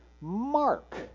Mark